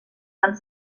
van